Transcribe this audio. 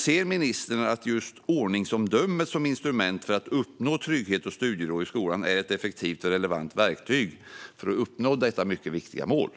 Ser ministern ordningsomdömen som ett effektivt och relevant verktyg för att uppnå det viktiga målet om trygghet och studiero i skolan?